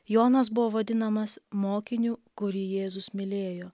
jonas buvo vadinamas mokiniu kurį jėzus mylėjo